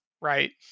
right